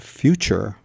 future